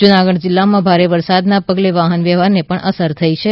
જુનાગઢ જિલ્લામાં ભારે વરસાદના પગલે વાહન વ્યવહારને અસર થઈ છે